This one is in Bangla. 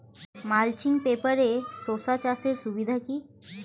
মালচিং পেপারে শসা চাষের সুবিধা কি?